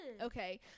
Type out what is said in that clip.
Okay